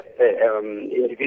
individual